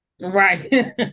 Right